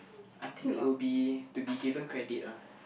I think it'll be to be given credit ah